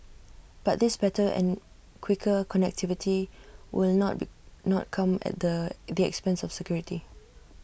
but this better and quicker connectivity will not not come at the the expense of security